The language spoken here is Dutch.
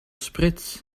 spritz